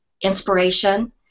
inspiration